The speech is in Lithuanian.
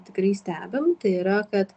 tikrai stebim tai yra kad